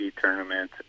tournament